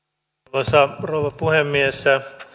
arvoisa rouva puhemies